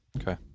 Okay